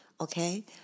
okay